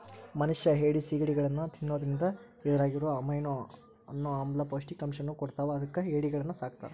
ಮನಷ್ಯಾ ಏಡಿ, ಸಿಗಡಿಗಳನ್ನ ತಿನ್ನೋದ್ರಿಂದ ಇದ್ರಾಗಿರೋ ಅಮೈನೋ ಅನ್ನೋ ಆಮ್ಲ ಪೌಷ್ಟಿಕಾಂಶವನ್ನ ಕೊಡ್ತಾವ ಅದಕ್ಕ ಏಡಿಗಳನ್ನ ಸಾಕ್ತಾರ